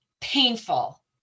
painful